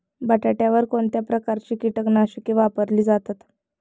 बटाट्यावर कोणत्या प्रकारची कीटकनाशके वापरली जातात?